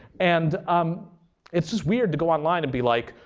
and um it's just weird to go online and be like,